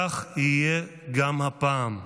כך יהיה גם הפעם.